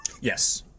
Yes